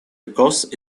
because